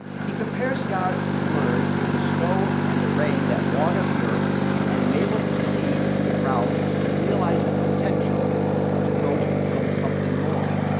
he compares god's word to the snow and the rain that water the earth and enable the seed in the ground to realize its potential and to grow to become something more.